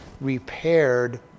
repaired